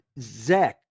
Zach